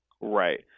Right